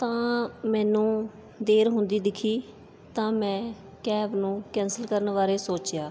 ਤਾਂ ਮੈਨੂੰ ਦੇਰ ਹੁੰਦੀ ਦਿਖੀ ਤਾਂ ਮੈਂ ਕੈਬ ਨੂੰ ਕੈਂਸਲ ਕਰਨ ਬਾਰੇ ਸੋਚਿਆ